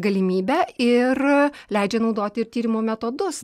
galimybę ir leidžia naudoti ir tyrimo metodus